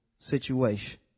Situation